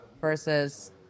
versus